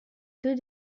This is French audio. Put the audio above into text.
deux